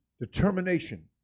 determination